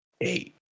eight